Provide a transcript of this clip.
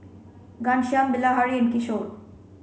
Ghanshyam Bilahari and Kishore